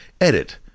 Edit